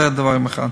זה דבר אחד.